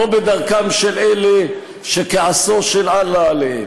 לא בדרכם של אלה שכעסו של אללה עליהם.